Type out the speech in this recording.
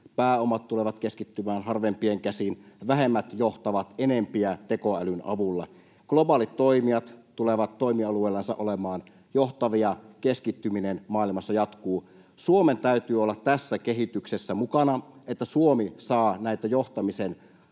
pääomat tulevat keskittymään harvempien käsiin. Vähemmät johtavat enempiä tekoälyn avulla. Globaalit toimijat tulevat toimialueillansa olemaan johtavia, keskittyminen maailmassa jatkuu. Suomen täytyy olla tässä kehityksessä mukana, että Suomi saa näitä johtamisen